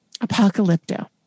Apocalypto